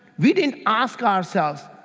we didn't ask ourselves,